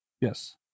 Yes